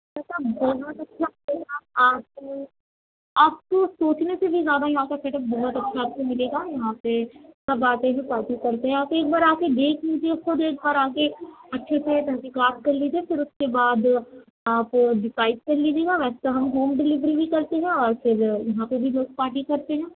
آپ کو آپ کو سوچنے سے بھی زیادہ یہاں کا سیٹ اپ بہت اچھا آپ کو ملے گا یہاں پہ سب آتے ہیں پارٹی کرتے ہیں آپ ایک بار آ کے دیکھ لیجیے خود ایک بار آ کے اچھے سے تحقیقات کر لیجیے پھر اُس کے بعد آپ ڈیسائڈ کر لیجیے گا ویسے تو ہم ہوم ڈلیوری بھی کرتے ہیں اور پھر یہاں پہ بھی لوگ پارٹی کرتے ہیں